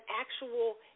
actual